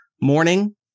morning